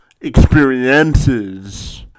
experiences